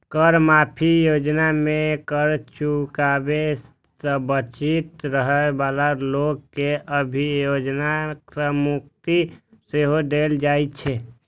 कर माफी योजना मे कर चुकाबै सं वंचित रहै बला लोक कें अभियोजन सं मुक्ति सेहो देल जाइ छै